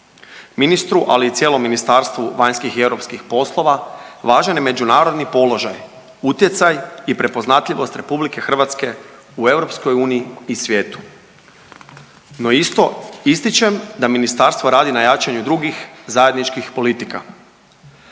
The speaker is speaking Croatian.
Ministru, ali i cijelom Ministarstvu vanjskih i europskih poslova važan je međunarodni položaj, utjecaj i prepoznatljivost RH u EU i svijetu. No, isto ističem da ministarstvo radi na jačanju drugih zajedničkih politika.